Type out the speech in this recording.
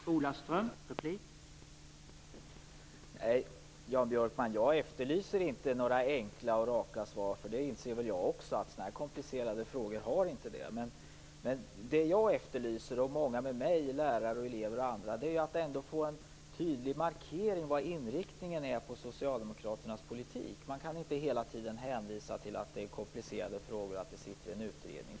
Herr talman! Nej, Jan Björkman, jag efterlyser inte några enkla och raka svar. Också jag inser att sådana här komplicerade frågor inte har det. Vad jag och många med mig - lärare, elever och andra - efterlyser är en tydlig markering om inriktningen på socialdemokraternas politik. Man kan inte hela tiden hänvisa till att det är komplicerade frågor och att det sitter en utredning.